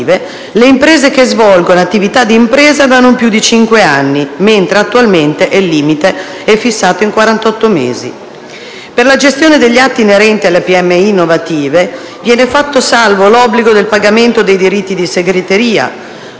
le imprese che svolgono attività d'impresa da non più di cinque anni, mentre attualmente il limite è di 48 mesi. Per la gestione degli atti inerenti alle piccole e medie imprese innovative viene fatto salvo l'obbligo del pagamento dei diritti di segreteria